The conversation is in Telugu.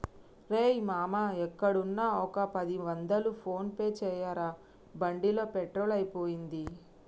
రేయ్ మామా ఎక్కడున్నా ఒక పది వందలు ఫోన్ పే చేయరా బండిలో పెట్రోల్ అయిపోయింది